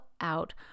out